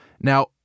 Now